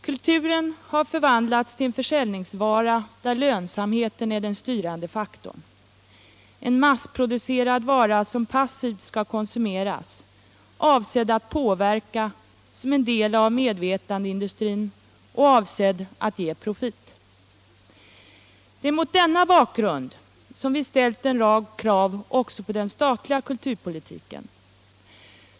Kulturen har förvandlats till en försäljningsvara, där lönsamheten är den styrande faktorn, en massproducerad vara som passivt skall konsumeras, avsedd att påverka som en del av medvetandeindustrin och avsedd att ge profit. Det är mot denna bakgrund vi ställt en rad krav också på den statliga kulturpolitiken.